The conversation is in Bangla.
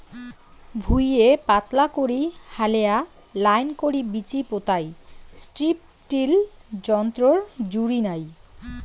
ভুঁইয়ে পাতলা করি হালেয়া লাইন করি বীচি পোতাই স্ট্রিপ টিল যন্ত্রর জুড়ি নাই